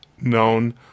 known